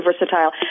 versatile